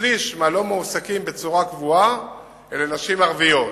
כשליש מהלא-מועסקים בצורה קבועה אלה נשים ערביות.